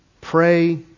Pray